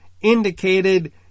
indicated